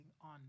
on